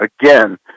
again